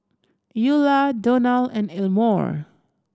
Eula Donal and Elmore